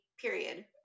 period